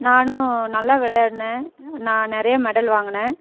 நானும் நல்லா விளையாடுனேன் நான் நிறைய மெடல் வாங்கினேன்